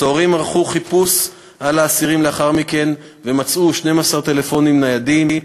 הסוהרים ערכו חיפוש על האסירים לאחר מכן ומצאו 12 טלפונים ניידים,